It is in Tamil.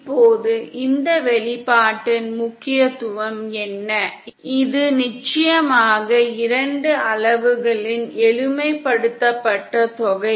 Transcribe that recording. இப்போது இந்த வெளிப்பாட்டின் முக்கியத்துவம் என்ன இது நிச்சயமாக இரண்டு அளவுகளின் எளிமைப்படுத்தப்பட்ட தொகை